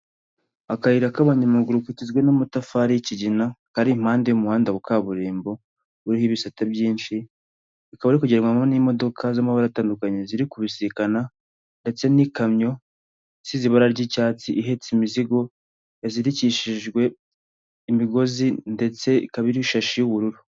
Akayira k'abanyamaguru kagizwe n'amatafari y'ikigina, kari impande y'umuhanda wa kaburimbo, uriho ibisate byinshi, ukaba uri kugendwamo n'imodoka z'amabara atandukanye, ziri kubisikana ndetse n'ikamyo isize ibara ry'icyatsi, ihetse imizigo yazirikishijwe imigozi ndetse ikaba iriho ishashi y'ubururu.